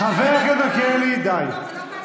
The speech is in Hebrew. חבר הכנסת מלכיאלי, די.